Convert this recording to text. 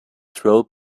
troll